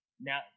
now